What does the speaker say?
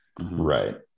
Right